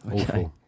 okay